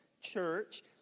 Church